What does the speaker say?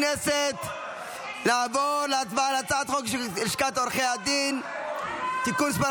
לשים אותו בתנאים של מחבל